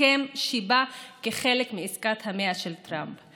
הסכם שבא כחלק מעסקת המאה של טראמפ,